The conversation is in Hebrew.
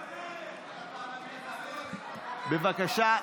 היא לא ביקשה.